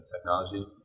technology